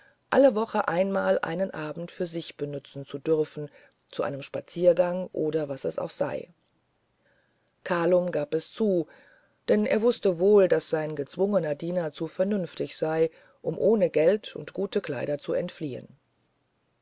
alle wochen einmal einen abend für sich benützen zu dürfen zu einem spaziergang oder zu was es auch sei kalum gab es zu denn er wußte wohl daß sein gezwungener diener zu vernünftig sei um ohne geld und gute kleider zu entfliehen